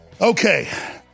Okay